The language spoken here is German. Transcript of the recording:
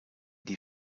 die